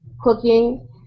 Cooking